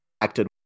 acted